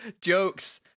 jokes